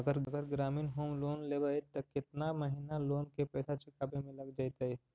अगर ग्रामीण home loan लेबै त केतना महिना लोन के पैसा चुकावे में लग जैतै?